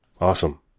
Awesome